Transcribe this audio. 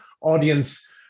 audience